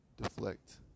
deflect